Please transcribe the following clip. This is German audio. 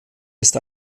ist